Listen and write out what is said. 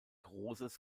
roses